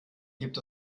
gibt